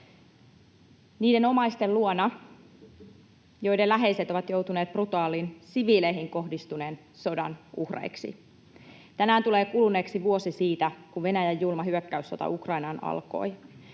niiden omaisten luona, joiden läheiset ovat joutuneet brutaalin, siviileihin kohdistuneen sodan uhreiksi. Tänään tulee kuluneeksi vuosi siitä, kun Venäjän julma hyökkäyssota Ukrainaan alkoi.